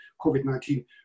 COVID-19